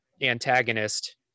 antagonist